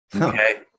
Okay